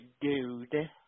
dude